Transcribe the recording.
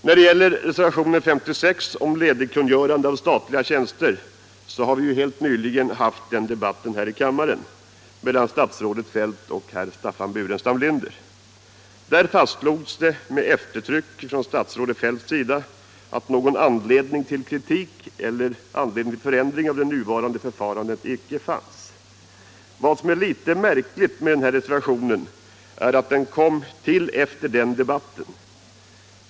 När det gäller reservationen 56 om ledigkungörande av statliga tjänster vill jag peka på att vi helt nyligen haft en debatt här i kammaren mellan statsrådet Feldt och Staffan Burenstam Linder om detta. Det faststogs med eftertryck av statsrådet Feldt att någon anledning till kritik mot eller förändring av det nuvarande förfarandet inte fanns. Vad som är litet märkligt med denna reservation är att den kom till efter den debatten.